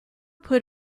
put